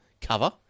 cover